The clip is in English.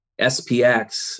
spx